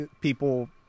people